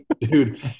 dude